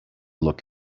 look